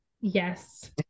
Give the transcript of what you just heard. yes